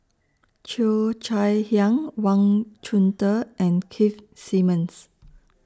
Cheo Chai Hiang Wang Chunde and Keith Simmons